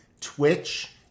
Twitch